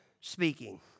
speaking